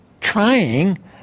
trying